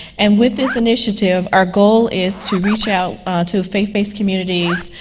and with this initiative our goal is to reach out to faith-based communities,